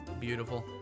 Beautiful